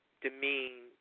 demean